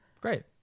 Great